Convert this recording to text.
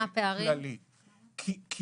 שירותי הבריאות בפריפריה והחסרים הנדרשים.